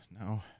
No